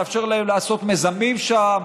נאפשר להם לעשות מיזמים שם,